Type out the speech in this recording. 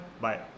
Bye